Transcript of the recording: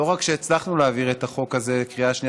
לא רק שהצלחנו להעביר את החוק הזה לקריאה שנייה